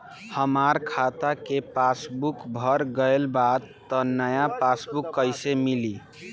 हमार खाता के पासबूक भर गएल बा त नया पासबूक कइसे मिली?